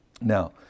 Now